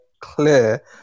clear